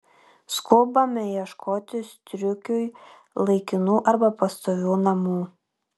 skubame ieškoti striukiui laikinų arba pastovių namų